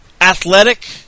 athletic